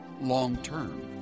long-term